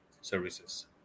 services